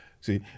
See